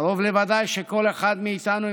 קרוב לוודאי שכל אחד מאיתנו,